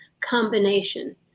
combination